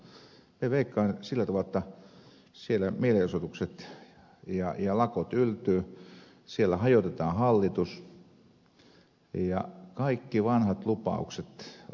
minä veikkaan sillä tavalla jotta siellä mielenosoitukset ja lakot yltyvät siellä hajotetaan hallitus ja kaikki vanhat lupaukset ovat mennyttä